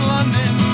London